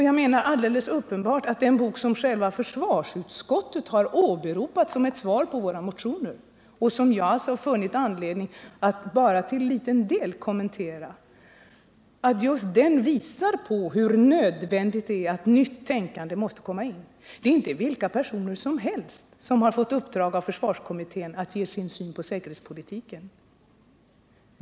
Jag menar att den bok som själva försvarsutskottet har åberopat som ett svar på våra motioner — och som jag funnit anledning att bara till en liten del kommentera — alldeles uppenbart visar just hur nödvändigt det är att nytt tänkande kommer in. Det är inte vilka personer som helst som har fått i uppdrag av försvarskommittén att ge sin syn på säkerhetspolitiken.